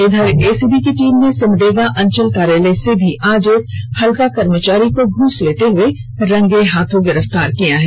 इधर एसीबी की टीम ने सिमडेगा अंचल कार्यालय से भी आज एक हल्का कर्मचारी को घूस लेते हुए रंगे हाथ गिरफ़तार किया है